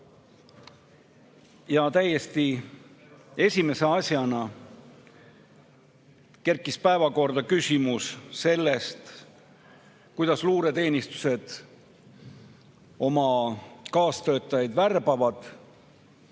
Ja esimese asjana kerkis päevakorrale küsimus sellest, kuidas luureteenistused oma kaastöötajaid värbavad.